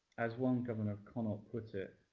as one governor of connaught puts it,